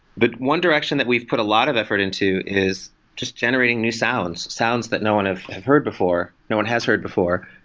but one direction that we've put a lot of effort into is just generating new sounds, sounds that no one have heard before, no one has heard before,